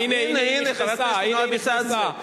הנה, הנה, הנה, היא נכנסה.